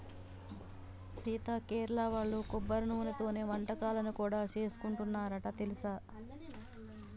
సీత కేరళ వాళ్ళు కొబ్బరి నూనెతోనే వంటకాలను కూడా సేసుకుంటారంట తెలుసా